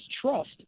trust